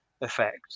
effect